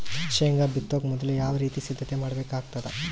ಶೇಂಗಾ ಬಿತ್ತೊಕ ಮೊದಲು ಯಾವ ರೀತಿ ಸಿದ್ಧತೆ ಮಾಡ್ಬೇಕಾಗತದ?